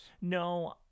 No